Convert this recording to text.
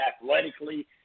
athletically